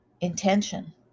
intention